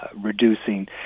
reducing